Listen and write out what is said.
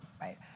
right